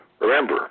Remember